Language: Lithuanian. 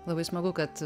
labai smagu kad